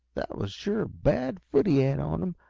that was sure a bad foot he had on him,